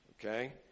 Okay